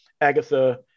agatha